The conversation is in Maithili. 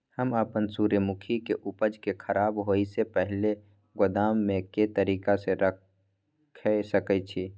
हम अपन सूर्यमुखी के उपज के खराब होयसे पहिले गोदाम में के तरीका से रयख सके छी?